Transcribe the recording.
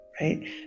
right